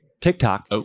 TikTok